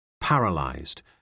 paralyzed